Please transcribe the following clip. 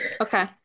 okay